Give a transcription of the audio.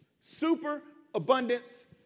Superabundance